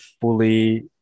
fully